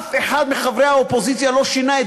אף אחד מחברי האופוזיציה לא שינה את